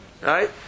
Right